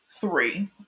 three